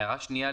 הערה שנייה,